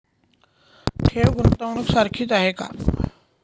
ठेव, गुंतवणूक सारखीच आहे का?